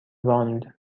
راند